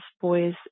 boys